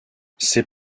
ses